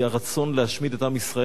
כי הרצון להשמיד את עם ישראל,